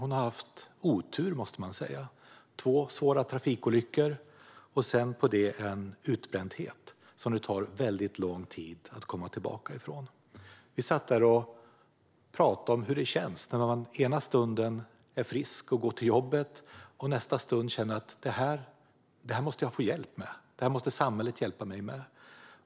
Hon har haft otur, måste man säga - två svåra trafikolyckor och sedan på det en utbrändhet som det tar väldigt lång tid att komma tillbaka från. Vi satt där och pratade om hur det känns när man ena stunden är frisk och går till jobbet och nästa stund känner att "det här måste jag få hjälp med; det här måste samhället hjälpa mig med".